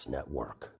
Network